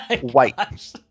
white